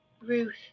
ruth